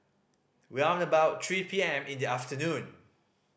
round about three P M in the afternoon